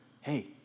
hey